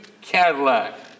Cadillac